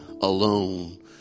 alone